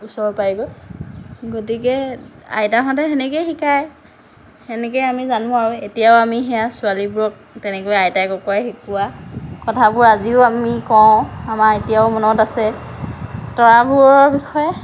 ওচৰ পায়গৈ গতিকে আইতাহঁতে সেনেকেই শিকায় সেনেকে আমি জানো আৰু এতিয়াও আমি সেইয়া ছোৱালীবোৰক তেনেকৈ আইতা ককাই শিকোৱা কথাবোৰ আজিও আমি কওঁ আমাৰ এতিয়াও মনত আছে তৰাবোৰৰ বিষয়ে